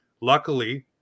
Luckily